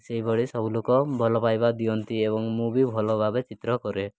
ସେହିଭଳି ସବୁ ଲୋକ ଭଲପାଇବା ଦିଅନ୍ତି ଏବଂ ମୁଁ ବି ଭଲ ଭାବେ ଚିତ୍ର କରେ